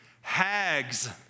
Hags